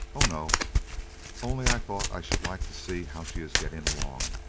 oh, no only i thought i should like to see how she is getting along.